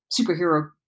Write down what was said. superhero